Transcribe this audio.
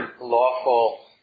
lawful